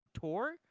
Tour